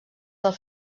del